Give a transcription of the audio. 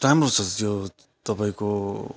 राम्रो छ त्यो तपाईँको